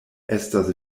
estas